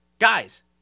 Guys